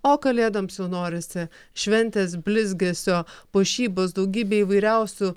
o kalėdoms jau norisi šventės blizgesio puošybos daugybė įvairiausių